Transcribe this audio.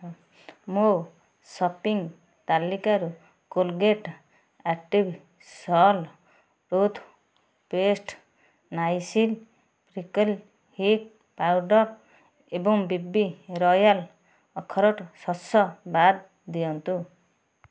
ମୋ ସପିଂ ତାଲିକାରୁ Colgate active salt toothpaste Nycil prickly heat powder ଏବଂ ବିବି ରୟାଲ୍ ଅଖରୋଟ ଶସ ବାଦ ଦିଅନ୍ତୁ